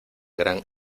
gran